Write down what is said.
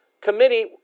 committee